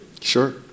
Sure